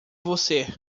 você